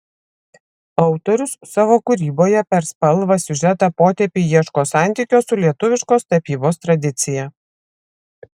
autorius savo kūryboje per spalvą siužetą potėpį ieško santykio su lietuviškos tapybos tradicija